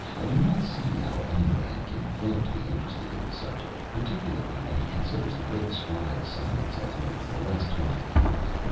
i do not see how any man can fail to be interested in the subject, particularly when he considers the great strides science has made in the last twenty years.